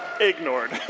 Ignored